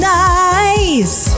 nice